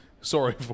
sorry